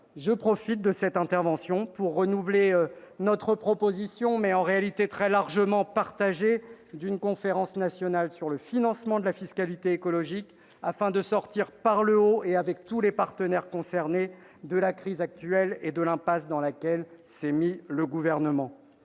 je profite de cette intervention pour renouveler notre proposition, très largement partagée, d'une conférence nationale sur le financement de la fiscalité écologique, afin de sortir par le haut, et avec tous les partenaires concernés, de la crise actuelle et de l'impasse dans laquelle s'est mis le Gouvernement.